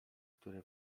które